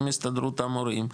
עם הסתדרות המורים,